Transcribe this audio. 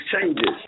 changes